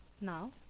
now